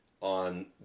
on